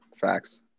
facts